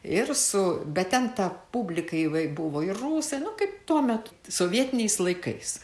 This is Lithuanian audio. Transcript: ir su bet ten ta publika buvo ir rusai nu kaip tuo metu sovietiniais laikais